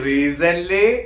Recently